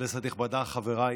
כנסת נכבדה, חבריי